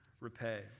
repay